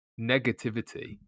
negativity